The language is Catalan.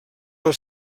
les